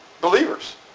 believers